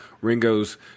Ringo's